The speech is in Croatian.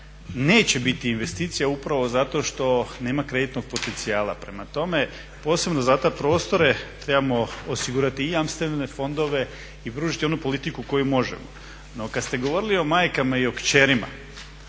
neće biti investicija upravo zato što nema kreditnog potencijala. Prema tome posebno za te prostore trebamo osigurati i jamstvene fondove i pružiti onu politiku koju možemo. No kada ste govorili o majkama i o kćerima